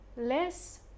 less